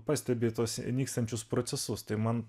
pastebi tuos nykstančius procesus tai man